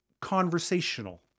conversational